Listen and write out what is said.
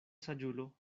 saĝulo